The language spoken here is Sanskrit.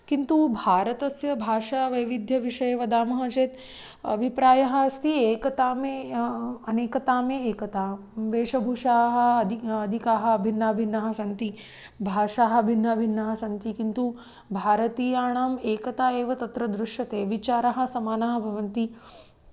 किन्तु भारतस्य भाषावैविध्यविषये वदामः चेत् अभिप्रायः अस्ति एकता मे अनेकता मे एकता वेशभूषाः अदि अधिकाः भिन्ना भिन्नाः सन्ति भाषाः भिन्ना भिन्नाः सन्ति किन्तु भारतीयाणाम् एकता एव तत्र दृश्यते विचाराः समानाः भवन्ति